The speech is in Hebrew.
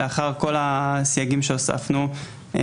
לאחר כל הסייגים שהוספנו,